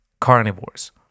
carnivores